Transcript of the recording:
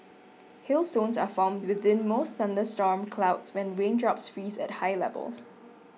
hailstones are formed within most thunderstorm clouds when raindrops freeze at high levels